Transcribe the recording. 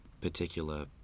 particular